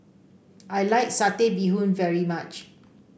I like Satay Bee Hoon very much